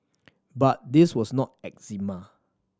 but this was not eczema